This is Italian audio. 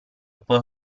può